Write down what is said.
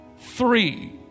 three